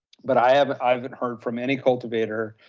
but i haven't i haven't heard from any cultivator,